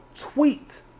tweet